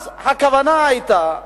אז הכוונה היתה,